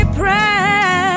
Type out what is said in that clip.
pray